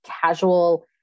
casual